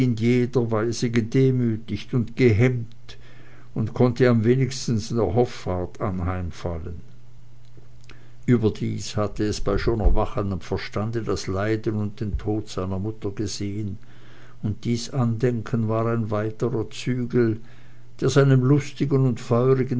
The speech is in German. jeder weise gedemütigt und gehemmt und konnte am wenigsten der hoffart anheimfallen überdies hatte es bei schon erwachendem verstande das leiden und den tod seiner mutter gesehen und dies andenken war ein weiterer zügel der seinem lustigen und feurigen